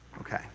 Okay